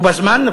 בו בזמן,